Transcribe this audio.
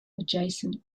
adjacent